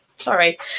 Sorry